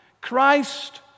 Christ